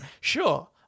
Sure